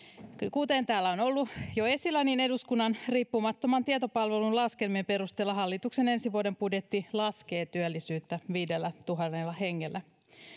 kuten täällä on ollut jo esillä niin eduskunnan riippumattoman tietopalvelun laskelmien perusteella hallituksen ensi vuoden budjetti laskee työllisyyttä viidellätuhannella hengellä